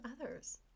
others